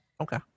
Okay